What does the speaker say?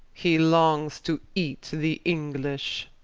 he longs to eate the english